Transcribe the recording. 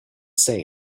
say